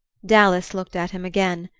dallas looked at him again,